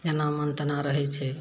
जेना मन तेना रहै छै